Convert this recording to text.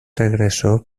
regresó